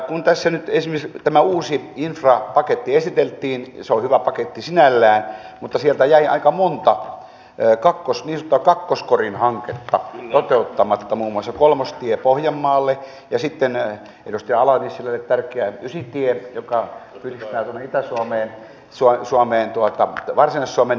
kun tässä nyt esimerkiksi tämä uusi infrapaketti esiteltiin se on hyvä paketti sinällään mutta sieltä jäi aika monta niin sanottua kakkoskorin hanketta toteuttamatta muun muassa kolmostie pohjanmaalle ja sitten edustaja ala nissilälle tärkeä ysitie joka yhdistää tuonne itä suomeen varsinais suomen